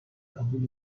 kabul